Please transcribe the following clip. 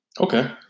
Okay